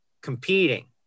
competing